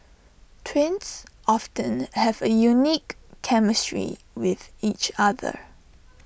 twins often have A unique chemistry with each other